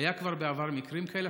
היו כבר בעבר מקרים כאלה.